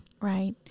Right